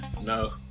No